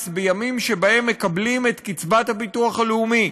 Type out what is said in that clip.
בימים שבהם מקבלים את קצבת הביטוח הלאומי.